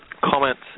comments